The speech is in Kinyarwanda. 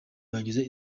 bagize